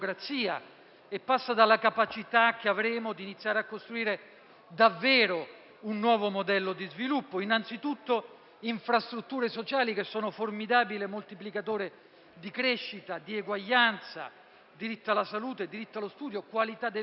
passa dalla capacità che avremo di iniziare a costruire davvero un nuovo modello di sviluppo, innanzitutto con le infrastrutture sociali, che sono un formidabile moltiplicatore di crescita e di eguaglianza: diritto alla salute, diritto allo studio, qualità del lavoro,